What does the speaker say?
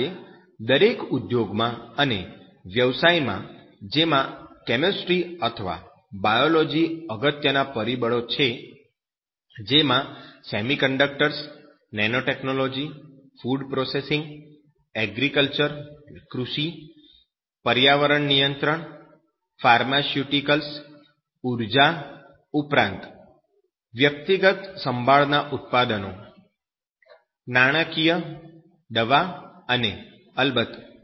આજે દરેક ઉદ્યોગમાં અને વ્યવસાયમાં જેમાં કેમિસ્ટ્રી અથવા બાયોલોજી અગત્યના પરિબળો છે જેમાં semiconductors nanotechnology food processing કૃષિ પર્યાવરણીય નિયંત્રણ ફાર્માસ્યુટિકલ્સ ઉર્જા ઉપરાંત વ્યક્તિગત સંભાળના ઉત્પાદનો નાણાંકીય દવા અને અલબત્ત